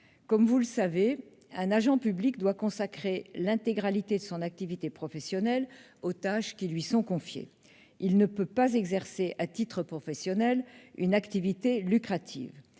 Comme vous le savez, un agent public doit consacrer l'intégralité de son activité professionnelle aux tâches qui lui sont confiées. Il ne peut pas exercer, à titre professionnel, une activité lucrative.